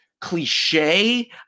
cliche